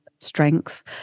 strength